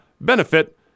benefit